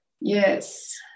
Yes